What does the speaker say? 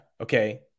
okay